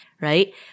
right